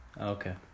Okay